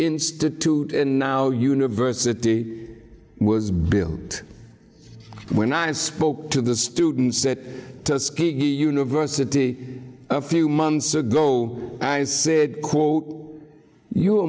institute and now university was bill that when i spoke to the students that university a few months ago i said quote you